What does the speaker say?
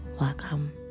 welcome